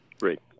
Great